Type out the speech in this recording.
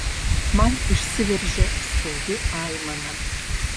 man išsiveržia skaudi aimana